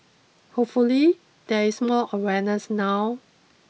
hopefully there is more awareness now